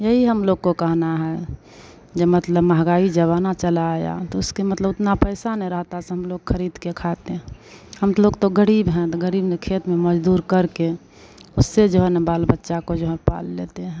यही हम लोग को कहना है ये मतलब महँगाई ज़माना चला आया तो उसके मतलब उतना पैसा नहीं रहता सभी लोग ख़रीदकर खाते हैं हम लोग तो ग़रीब हैं तो ग़रीब ना खेत में मज़दूर करके उससे जो है ना बाल बच्चे को जो हैं पाल लेते हैं